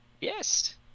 Yes